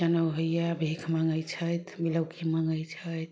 जनेउ होइए भीख मँगय छथि बिलौकी मँगय छथि